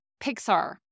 Pixar